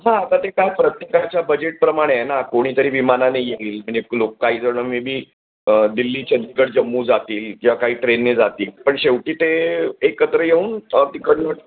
हां आता ते काय प्रत्येकाच्या बजेटप्रमाणे आहे ना कोणीतरी विमानाने येईल म्हणजे लोक काहीजण मे बी दिल्ली चंदीगढ जम्मू जातील किंवा काही ट्रेनने जातील पण शेवटी ते एकत्र येऊन तिकडून